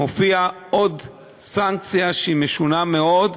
מופיעה עוד סנקציה, שהיא משונה מאוד,